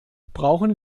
brauchen